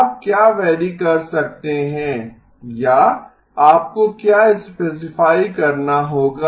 आप क्या वैरी कर सकते हैं या आपको क्या स्पेसिफाई करना होगा